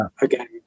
again